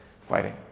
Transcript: fighting